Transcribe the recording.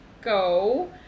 go